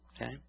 Okay